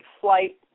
flight